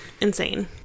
insane